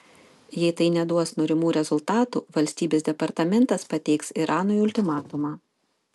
jei tai neduos norimų rezultatų valstybės departamentas pateiks iranui ultimatumą